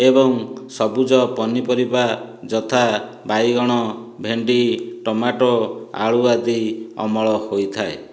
ଏବଂ ସବୁଜ ପନିପରିବା ଯଥା ବାଇଗଣ ଭେଣ୍ଡି ଟମାଟୋ ଆଳୁ ଆଦି ଅମଳ ହୋଇଥାଏ